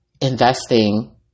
investing